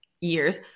years